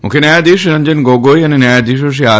મુખ્ય ન્યાયાધીશ શ્રી રં ન ગોગોઇ અને ન્યાયાધીશો શ્રી આર